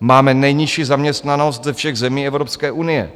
Máme nejnižší zaměstnanost ze všech zemí Evropské unie,